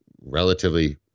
relatively